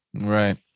Right